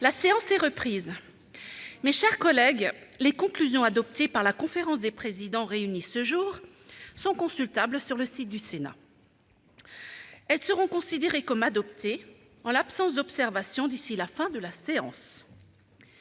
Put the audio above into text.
La séance est reprise. Les conclusions adoptées par la conférence des présidents réunie ce jour sont consultables sur le site du Sénat. Elles seront considérées comme adoptées en l'absence d'observations d'ici à la fin de la séance.-